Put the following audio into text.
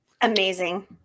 Amazing